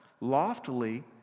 Loftily